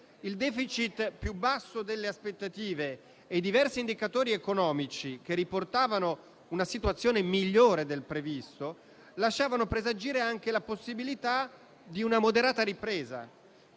Il *deficit* più basso delle aspettative e diversi indicatori economici che riportavano una situazione migliore del previsto lasciavano presagire anche la possibilità di una moderata ripresa.